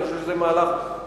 אני חושב שזה מהלך נכון.